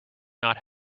not